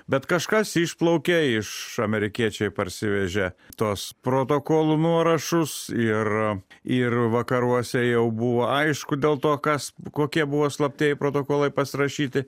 bet kažkas išplaukė iš amerikiečiai parsivežė tuos protokolų nuorašus ir ir vakaruose jau buvo aišku dėl to kas kokie buvo slaptieji protokolai pasirašyti